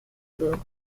boom